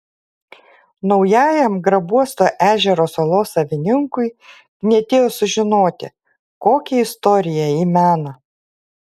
naujajam grabuosto ežero salos savininkui knietėjo sužinoti kokią istoriją ji mena